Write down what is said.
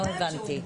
לא הבנתי.